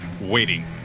Waiting